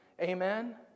Amen